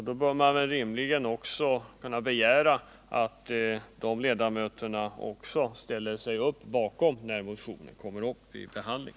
Då bör det rimligen också kunna begäras att de socialdemokratiska ledamöterna ställer sig bakom motionen när den kommer upp till behandling.